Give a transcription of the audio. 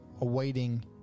awaiting